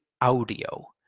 audio